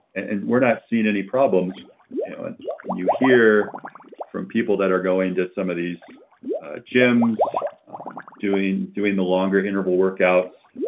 and we're not seeing any problems. you know and you hear from people that are going to some of these gyms doing doing the longer interval workouts,